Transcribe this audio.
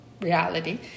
reality